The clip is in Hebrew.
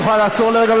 את יכולה לעצור לרגע,